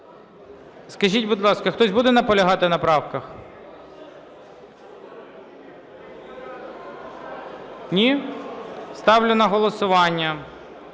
Скажіть, будь ласка, хтось буде наполягати на правках? Ні? Ставлю на голосування